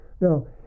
Now